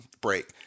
break